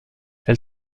elle